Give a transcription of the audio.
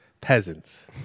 Peasants